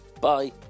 Bye